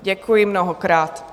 Děkuji mnohokrát.